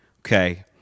Okay